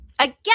Again